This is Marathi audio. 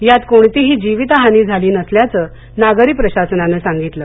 यात कोणतीही जीवित हानी झाली नसल्याचं नागरी प्रशासनानं सांगितलं